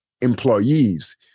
employees